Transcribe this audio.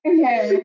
Okay